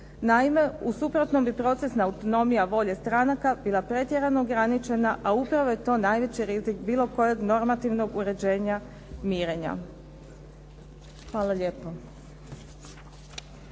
Naime, u suprotnom bi procesna autonomija volje stranaka bila pretjerano ograničena, a upravo je to najveći rizik bilo kojeg normativnog uređenja mirenja. Hvala lijepo.